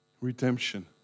Redemption